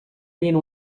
being